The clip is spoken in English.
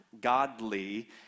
godly